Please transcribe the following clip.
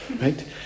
Right